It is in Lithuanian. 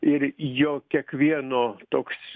ir jo kiekvieno toks